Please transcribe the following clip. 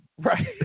Right